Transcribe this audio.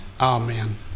Amen